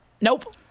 Nope